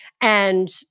And-